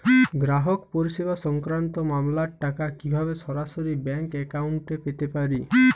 গ্রাহক পরিষেবা সংক্রান্ত মামলার টাকা কীভাবে সরাসরি ব্যাংক অ্যাকাউন্টে পেতে পারি?